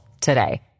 today